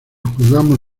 jugamos